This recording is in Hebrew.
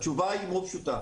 התשובה היא מאוד פשוטה.